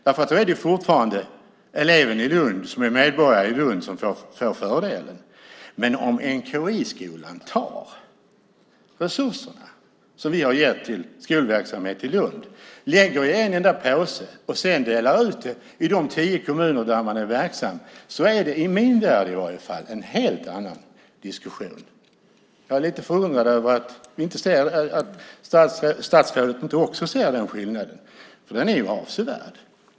Det är fortfarande eleven som är medborgare i Lund som får fördelen. Men om NTI-skolan tar resurserna som vi har gett till skolverksamhet i Lund, lägger i en enda påse och sedan delar ut i de tio kommuner där man är verksam är det, i min värld i alla fall, en helt annan diskussion. Jag är lite förundrad över att statsrådet inte också ser den skillnaden, för den är avsevärd.